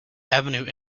avenue